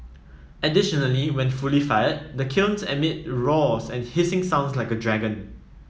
additionally when fully fired the kiln emits and hissing sounds like a dragon